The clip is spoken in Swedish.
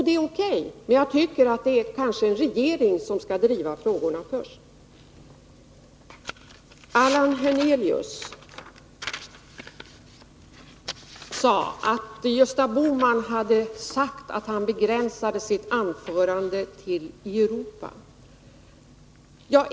Det är O. K., men jag tycker att det är regeringen som skall driva frågorna först. Allan Hernelius sade att Gösta Bohman hade sagt att han begränsade sitt anförande till utvecklingen i Europa.